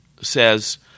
says